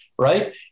Right